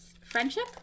friendship